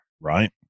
right